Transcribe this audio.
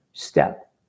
step